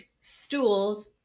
stools